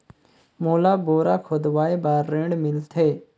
मोला बोरा खोदवाय बार ऋण मिलथे?